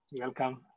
Welcome